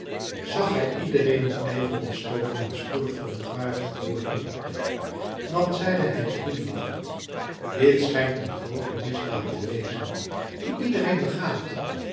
zag hij iedereen in ijver ontstoken en spoedig verontwaardigd worden dan zeide hij glimlachend dit schijnt een groote misdaad te wezen die iedereen begaat